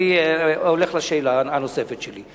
אני הולך לשאלה הנוספת שלי.